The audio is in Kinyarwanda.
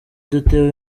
dutewe